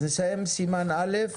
אז נסיים סימן א'